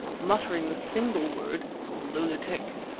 muttering the single word lunatic.